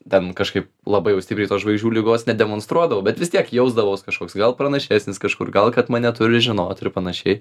ten kažkaip labai jau stipriai tos žvaigždžių ligos nedemonstruodavau bet vis tiek jausdavos kažkoks gal pranašesnis kažkur gal kad mane turi žinot panašiai